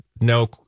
no